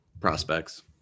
prospects